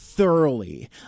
thoroughly